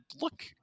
look